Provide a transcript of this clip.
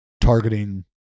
targeting